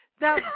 Now